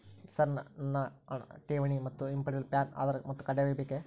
Sir ಹಣ ಠೇವಣಿ ಮತ್ತು ಹಿಂಪಡೆಯಲು ಪ್ಯಾನ್ ಮತ್ತು ಆಧಾರ್ ಕಡ್ಡಾಯವಾಗಿ ಬೇಕೆ?